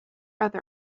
other